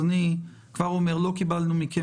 לא שמענו מכם